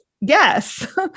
Yes